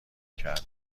کرده